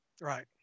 Right